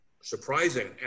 surprising